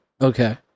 Okay